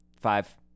Five